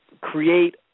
create